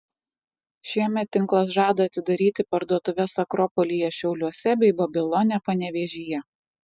šiemet tinklas žada atidaryti parduotuves akropolyje šiauliuose bei babilone panevėžyje